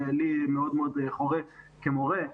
לי זה מאוד חורה כמורה,